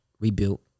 Rebuilt